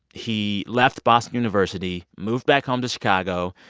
he left boston university, moved back home to chicago.